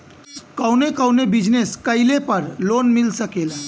कवने कवने बिजनेस कइले पर लोन मिल सकेला?